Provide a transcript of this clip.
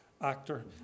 actor